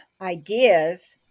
ideas